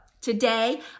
today